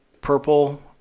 Purple